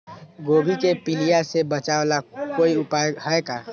गोभी के पीलिया से बचाव ला कोई उपाय है का?